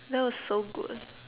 that was so good